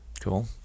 cool